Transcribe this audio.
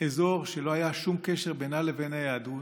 אזור שלא היה בו שום קשר בינה לבין היהדות.